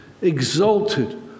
exalted